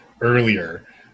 earlier